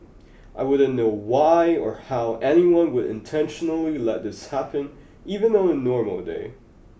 I wouldn't know why or how anyone would intentionally let this happen even on a normal day